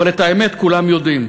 אבל את האמת כולם יודעים.